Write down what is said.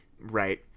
Right